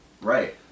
Right